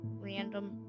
random